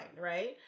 Right